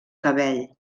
cabell